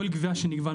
כל קביעה שנקבע,